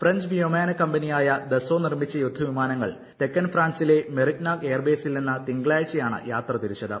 French വ്യോമയാന കമ്പനിയായ Dassault നിർമ്മിച്ച യുദ്ധവിമാനങ്ങൾ തെക്കൻ ഫ്രാൻസിലെ മെറിഗ്നാക് എയർ ബേസിൽ നിന്ന് തിങ്കളാഴ്ച യാണ് യാത്ര തിരിച്ചത്